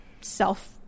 self